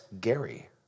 Gary